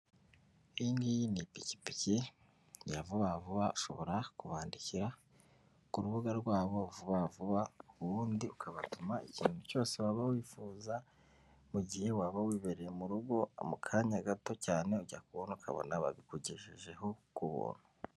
Iyi ngiyi ni ipikipiki ya vuba vuba, ushobora kubandikira ku rubuga rwabo "vuba vuba" ubundi ukabatuma ikintu cyose waba wifuza, mu gihe waba wibereye mu rugo mu kanya gato cyane ujya kubona ukabona babikugejejeho ku buntu.